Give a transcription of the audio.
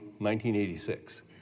1986